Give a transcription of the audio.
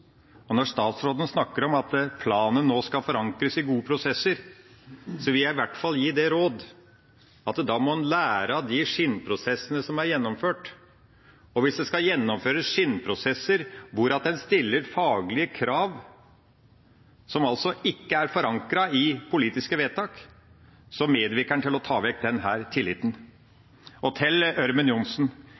skinnprosess. Når statsråden snakker om at planen skal forankres i gode prosesser, vil jeg i hvert fall gi det råd at da må en lære av de skinnprosessene som er gjennomført. Og hvis det skal gjennomføres skinnprosesser der en stiller faglige krav som ikke er forankret i politiske vedtak, medvirker en til å ta vekk denne tilliten. Til Ørmen Johnsen: